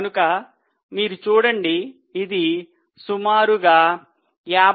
కనుక మీరు చూడండి ఇది సుమారుగా 52